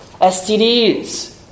STDs